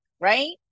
right